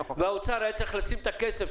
והאוצר היה צריך לשים את הכסף,